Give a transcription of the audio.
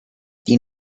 die